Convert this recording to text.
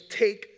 take